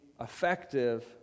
effective